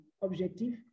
objectif